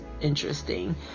interesting